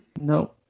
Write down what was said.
No